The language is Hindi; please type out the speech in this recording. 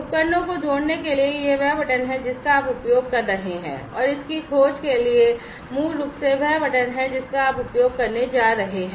उपकरणों को जोड़ने के लिए यह वह बटन है जिसका आप उपयोग कर रहे हैं और इसकी खोज के लिए मूल रूप से वह बटन है जिसका आप उपयोग करने जा रहे हैं